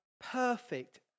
perfect